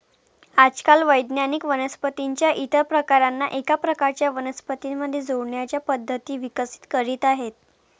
आजकाल वैज्ञानिक वनस्पतीं च्या इतर प्रकारांना एका प्रकारच्या वनस्पतीं मध्ये जोडण्याच्या पद्धती विकसित करीत आहेत